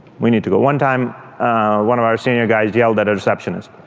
we need to go. one time one of our senior guys yelled at a receptionist.